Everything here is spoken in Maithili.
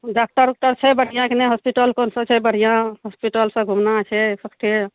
डॉक्टर उकटर छै बढ़िआँ कि नहि हॉस्पिटल कोनसँ छै बढ़िआँ हॉस्पिटलसँ घुमनाइ छै सभठाम